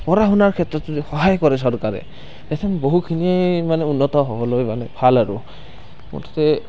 পঢ়া শুনাৰ ক্ষেত্ৰত যদি সহায় কৰে চৰকাৰে বহুখিনিয়ে মানে উন্নত হ'বলৈ মানে ভাল আৰু মুঠতে